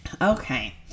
Okay